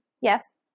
Yes